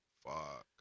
Fuck